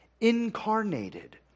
incarnated